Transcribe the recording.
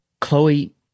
Chloe